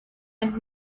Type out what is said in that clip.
and